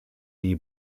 die